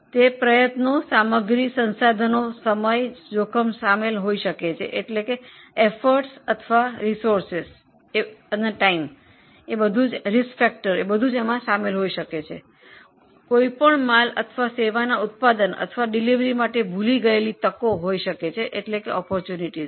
તે પ્રયત્નો માલ સામાન સાધનો સમય જોખમ કોઈપણ ઉત્પાદન અથવા સેવાના ડિલિવરી માટે છોડી દીધેલો યોગ્ય અવસર હોય છે